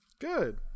Good